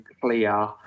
clear